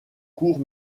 courts